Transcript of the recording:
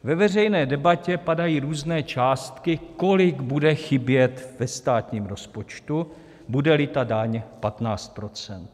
Ve veřejné debatě padají různé částky, kolik bude chybět ve státním rozpočtu, budeli ta daň 15 %.